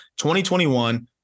2021